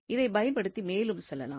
இதைப் பயன்படுத்தி மேலும் செல்லலாம்